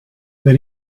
then